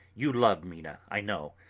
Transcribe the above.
you love mina, i know.